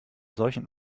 solchen